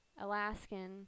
Alaskan